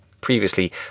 previously